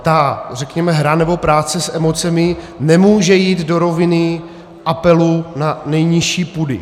Ta, řekněme, hra nebo práce s emocemi nemůže jít do roviny apelu na nejnižší půdy.